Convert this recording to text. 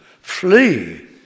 Flee